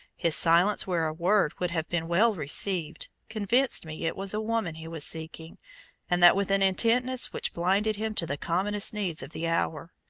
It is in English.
his silence where a word would have been well received, convinced me it was a woman he was seeking and that with an intentness which blinded him to the commonest needs of the hour.